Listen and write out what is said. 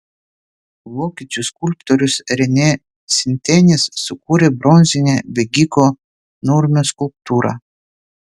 vokiečių skulptorius renė sintenis sukūrė bronzinę bėgiko nurmio skulptūrą